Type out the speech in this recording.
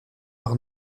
par